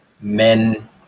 men